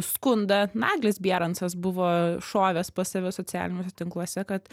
skundą naglis bierancas buvo šovęs pas save socialiniuose tinkluose kad